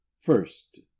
First